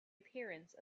appearance